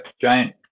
giant